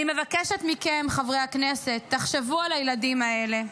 אני מבקשת מכם, חברי הכנסת, תחשבו על הילדים האלה,